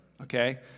okay